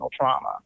trauma